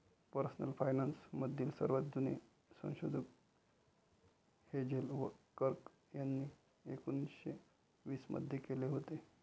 personal finance मधील सर्वात जुने संशोधन हेझेल कर्क यांनी एकोन्निस्से वीस मध्ये केले होते